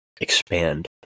expand